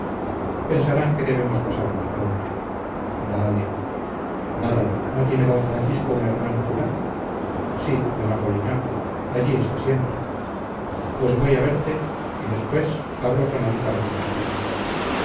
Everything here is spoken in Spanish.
pensarán pensarán que debemos casarnos pronto dale nada no tiene d francisco un hermano cura sí d apolinar allí está siempre pues voy a verte y después hablo con él para que nos case